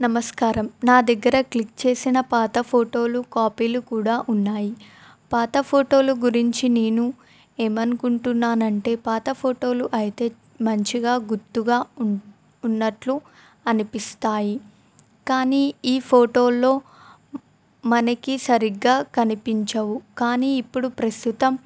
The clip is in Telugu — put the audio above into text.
నమస్కారం నా దగ్గర క్లిక్ చేసిన పాత ఫోటోలు కాపీలు కూడా ఉన్నాయి పాత ఫోటోలు గురించి నేను ఏమనుకుంటున్నాను అంటే పాత ఫోటోలు అయితే మంచిగా గుర్తుగా ఉం ఉన్నట్లు అనిపిస్తాయి కానీ ఈ ఫోటోలలో మనకు సరిగ్గా కనిపించవు కానీ ఇప్పుడు ప్రస్తుతం